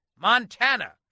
Montana